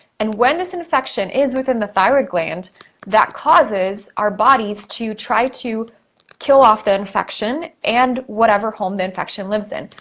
and when this infection is within the thyroid gland that causes our bodies to try to kill off the infection and whatever home the infection lives in.